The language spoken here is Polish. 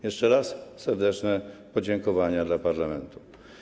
Jeszcze raz serdeczne podziękowania dla parlamentu.